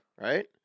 Right